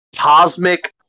cosmic